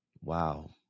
Wow